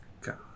God